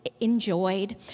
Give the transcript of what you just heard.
enjoyed